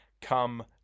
come